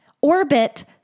orbit